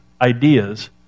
ideas